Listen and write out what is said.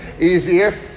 Easier